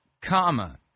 Comma